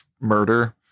murder